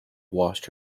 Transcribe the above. washed